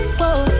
Whoa